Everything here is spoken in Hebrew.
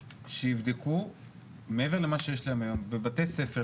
שיבדקו מעבר למה שיש להם היום בבתי ספר,